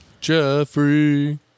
Jeffrey